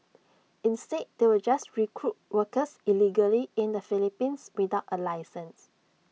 instead they will just recruit workers illegally in the Philippines without A licence